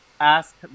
ask